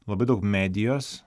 labai daug medijos